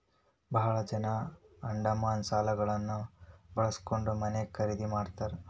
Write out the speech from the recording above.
ಭಾಳ ಜನ ಅಡಮಾನ ಸಾಲಗಳನ್ನ ಬಳಸ್ಕೊಂಡ್ ಮನೆ ಖರೇದಿ ಮಾಡ್ತಾರಾ